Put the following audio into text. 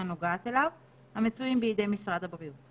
נוגעת אליו ולגבי מי שבא במגע קרוב עם